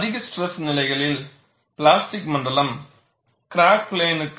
அதிக ஸ்ட்ரெஸ் நிலைகளில் பிளாஸ்டிக் மண்டலம் கிராக் பிளேன்க்கு